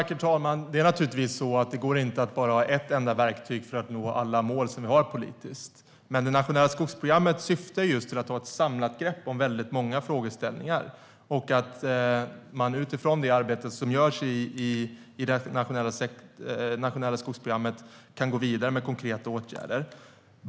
Herr talman! Det går naturligtvis inte att nå alla politiska mål med bara ett enda verktyg. Det nationella skogsprogrammet syftar till att ta ett samlat grepp om många frågeställningar och utifrån det arbete som görs i det nationella skogsprogrammet gå vidare med konkreta åtgärder.